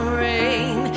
rain